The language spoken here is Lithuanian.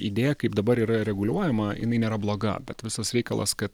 idėją kaip dabar yra reguliuojama jinai nėra bloga bet visas reikalas kad